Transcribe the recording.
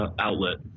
outlet